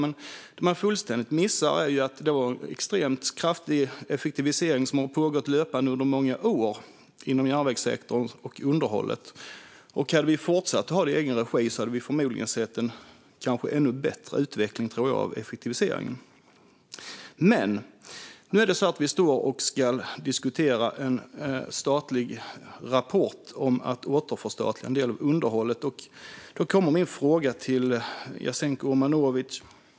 Men det man fullständigt missar är att det löpande har pågått en extremt kraftig effektivisering under många år inom järnvägssektorn och underhållet. Hade vi fortsatt att ha det i egen regi hade vi förmodligen sett en ännu bättre utveckling, tror jag, i fråga om effektiviseringen. Men nu diskuterar vi en statlig rapport om att återförstatliga en del av underhållet, och då har jag en fråga till Jasenko Omanovic.